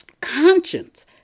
conscience